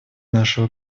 нашего